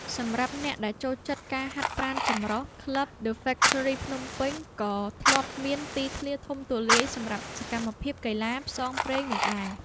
សម្រាប់អ្នកដែលចូលចិត្តការហាត់ប្រាណចម្រុះ ក្លឹប ដឹ ហ្វ៊ែកថឺរី ភ្នំពេញ ក៏ធ្លាប់មានទីធ្លាធំទូលាយសម្រាប់សកម្មភាពកីឡាផ្សងព្រេងនេះដែរ។